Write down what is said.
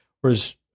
Whereas